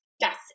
Yes